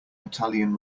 italian